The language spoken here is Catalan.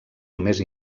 només